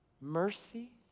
Mercy